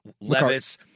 Levis